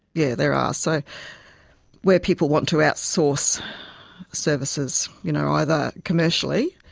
yeah there are. so where people want to outsource services, you know either commercially,